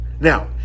Now